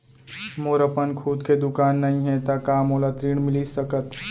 मोर अपन खुद के दुकान नई हे त का मोला ऋण मिलिस सकत?